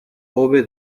hobe